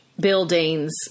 buildings